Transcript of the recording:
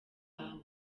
aho